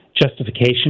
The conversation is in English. justification